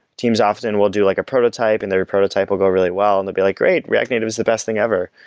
teams often will do like a prototype and their prototype will go really well and they'll be like, great. react native is the best thing ever.